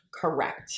Correct